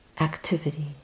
activity